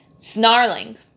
Snarling